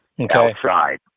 outside